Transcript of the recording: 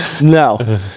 no